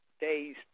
days